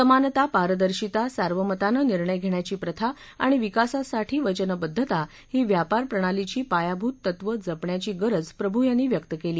समानता पारदर्शिता सार्वमताने निर्णय घेण्याची प्रथा आणि विकासासाठी वचनबद्धता ही व्यापारप्रणालीची पायाभूत तत्वं जपण्याची गरज प्रभू यांनी व्यक्त केली